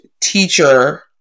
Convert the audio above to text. teacher